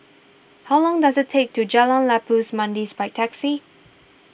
how long does it take to Jalan Labu Manis by taxi